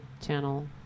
channel